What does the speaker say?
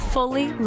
Fully